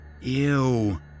Ew